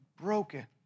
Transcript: broken